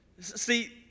See